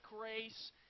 race